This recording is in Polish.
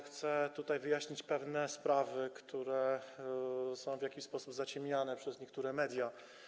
Chcę tutaj wyjaśnić pewne sprawy, które są w jakiś sposób zaciemniane przez niektóre media.